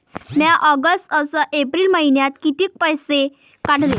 म्या ऑगस्ट अस एप्रिल मइन्यात कितीक पैसे काढले?